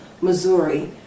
Missouri